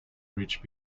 reach